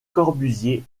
corbusier